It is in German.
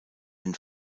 den